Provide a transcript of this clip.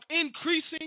increasing